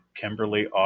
Kimberly